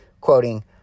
Quoting